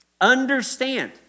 understand